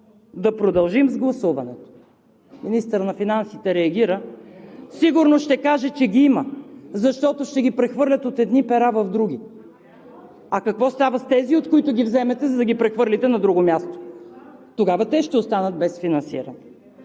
да продължим с гласуването. Министърът на финансите реагира и сигурно ще каже, че ги има, защото ще ги прехвърлят от едни пера в други. А какво става с тези, от които ги вземате, за да ги прехвърлите на друго място? Тогава те ще останат без финансиране.